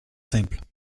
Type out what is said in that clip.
simple